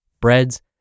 breads